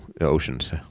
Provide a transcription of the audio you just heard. Oceans